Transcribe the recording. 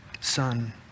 son